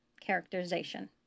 characterization